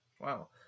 Wow